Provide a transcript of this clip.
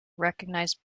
recognise